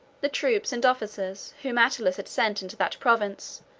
the troops and officers, whom attalus had sent into that province,